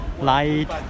light